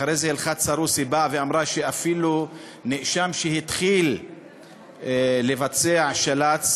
אחרי זה הלכת סרוסי באה ואמרה שאפילו נאשם שהתחיל לבצע של"צ,